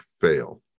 fail